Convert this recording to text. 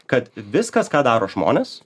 kad viskas ką daro žmonės